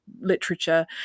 literature